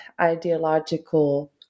ideological